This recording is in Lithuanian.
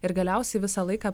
ir galiausiai visą laiką